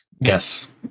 yes